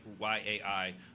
YAI